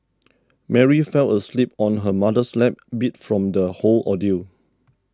Mary fell asleep on her mother's lap beat from the whole ordeal